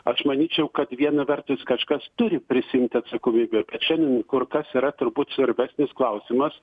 aš manyčiau kad viena vertus kažkas turi prisiimti atsakomybę bet šiandien kur kas yra turbūt svarbesnis klausimas